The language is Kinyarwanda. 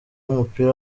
w’umupira